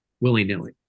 willy-nilly